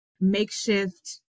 makeshift